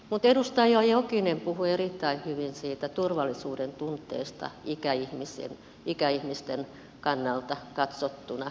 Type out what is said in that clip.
mutta edustaja jokinen puhui erittäin hyvin siitä turvallisuuden tunteesta ikäihmisten kannalta katsottuna